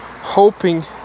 hoping